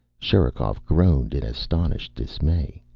sherikov groaned in astonished dismay.